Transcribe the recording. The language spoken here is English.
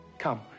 Come